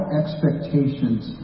expectations